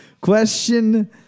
Question